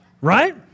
right